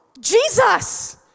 Jesus